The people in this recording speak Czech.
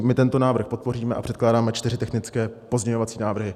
My tento návrh podpoříme a předkládáme čtyři technické pozměňovací návrhy.